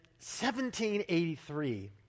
1783